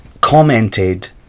commented